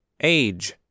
Age